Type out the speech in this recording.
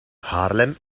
haarlem